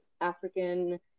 African